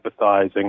empathizing